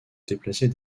déplacer